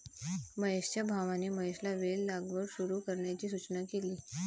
महेशच्या भावाने महेशला वेल लागवड सुरू करण्याची सूचना केली